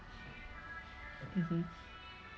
mmhmm